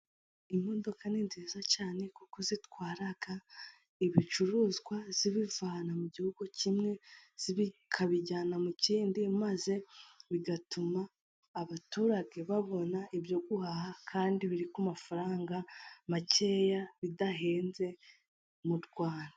Imodoka ni nziza cyane, kuko zitwara ibicuruzwa zibivana mu gihugu kimwe zikabijyana mu kindi, maze bigatuma abaturage babona ibyo guhaha kandi biri ku mafaranga makeya, bidahenze mu Rwanda.